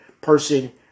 person